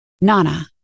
Nana